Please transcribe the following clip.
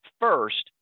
first